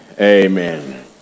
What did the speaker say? Amen